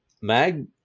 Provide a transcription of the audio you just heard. MAG